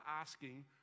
asking